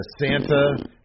Santa